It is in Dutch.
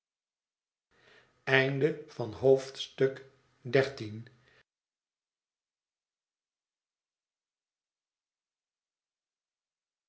begin van het